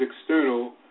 external